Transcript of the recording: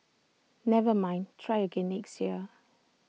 never mind try again next year